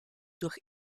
durch